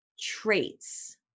traits